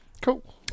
Cool